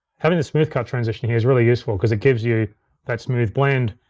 having this smooth cut transition here is really useful, cause it gives you that smooth blend.